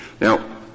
Now